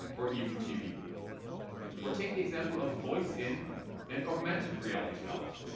or even tv. or take the example of voice in and augmented reality out.